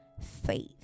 faith